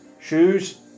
shoes